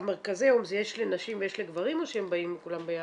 מרכזי יום יש לנשים ויש לגברים או שהם באים כולם ביחד?